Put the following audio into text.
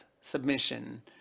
submission